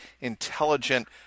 intelligent